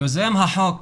יוזם החוק,